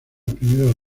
primera